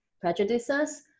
prejudices